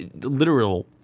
literal